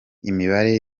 imibare